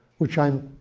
which i'm,